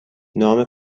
نام